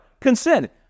consent